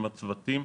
עם הצוותים,